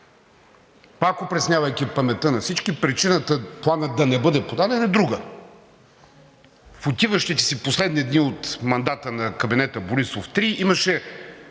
Пак опреснявайки паметта на всички, причината планът да не бъде подаден, е друга. В отиващите си последни дни от мандата на кабинета Борисов 3 имаше